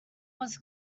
was